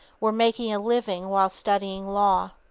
were making a living while studying law.